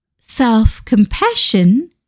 self-compassion